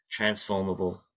transformable